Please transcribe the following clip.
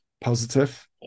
positive